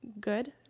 good